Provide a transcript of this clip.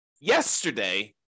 yesterday